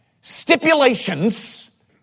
stipulations